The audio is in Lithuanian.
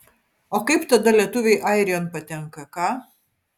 o kaip tada lietuviai airijon patenka ką